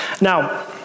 Now